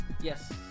Yes